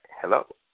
Hello